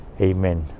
Amen